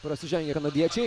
prasižengia kanadiečiai